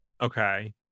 Okay